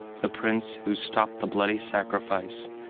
the prince who stopped the bloody sacrifice,